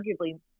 arguably